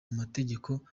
mategeko